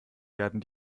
werden